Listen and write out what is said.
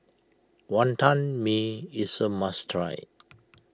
Wonton Mee is a must try